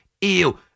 ew